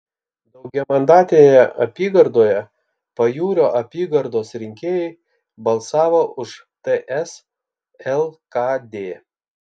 daugiamandatėje apygardoje pajūrio apygardos rinkėjai balsavo už ts lkd